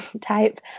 type